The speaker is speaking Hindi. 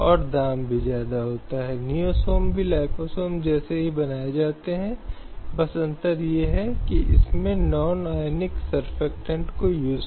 स्लाइड समय देखें 1219 यहां तक कि कई उदाहरणों में यह भी कहा गया है कि मुआवजे के अधिकार को अनुच्छेद 21 के तहत जीवन के अधिकार का एक अभिन्न अंग माना गया है